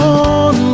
on